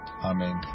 Amen